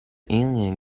alien